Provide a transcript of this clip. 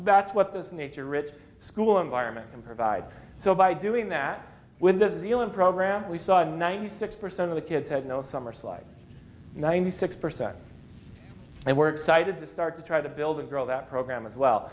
that's what this nature rich school environment can provide so by doing that with this is elan program we saw a ninety six percent of the kids had no summer slide ninety six percent and we're excited to start to try to build and grow that program as well